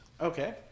Okay